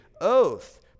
oath